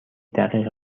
دقیقه